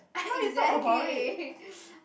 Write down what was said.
ah exactly